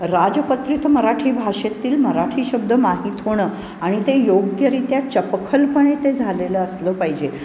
राजपत्रित मराठी भाषेतील मराठी शब्द माहीत होणं आणि ते योग्यरित्या चपखलपणे ते झालेलं असलं पाहिजे